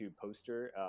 poster